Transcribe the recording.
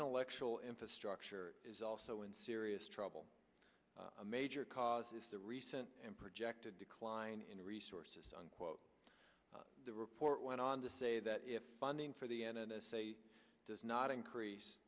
intellectual infrastructure is also in serious trouble a major cause of the recent and projected decline in resources unquote the report went on to say that if funding for the n s a does not increase